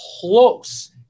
close